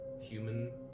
human